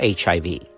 hiv